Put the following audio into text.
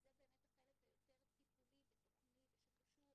וזה באמת החלק היותר טיפולי ותוכני ושקשור